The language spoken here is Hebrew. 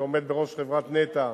שעומד בראש חברת נת"ע,